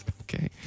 Okay